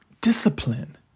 Discipline